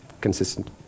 consistent